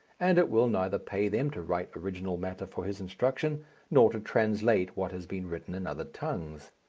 and it will neither pay them to write original matter for his instruction nor to translate what has been written in other tongues.